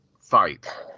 fight